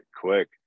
quick